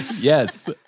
Yes